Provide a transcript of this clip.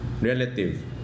relative